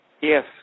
Yes